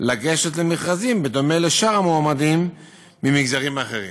לגשת למכרזים, בדומה לשאר המועמדים ממגזרים אחרים.